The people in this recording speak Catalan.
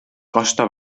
costa